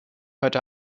heute